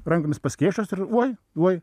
rankomis paskėsčios ir oi oi